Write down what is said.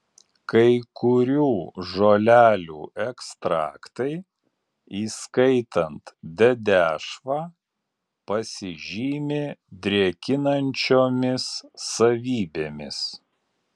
kai kurių žolelių ekstraktai įskaitant dedešvą pasižymi drėkinančiomis savybėmis